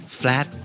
flat